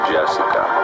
Jessica